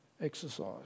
exercise